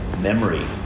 memory